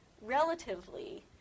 relatively